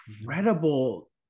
incredible